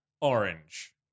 Orange